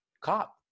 cop